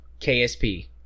KSP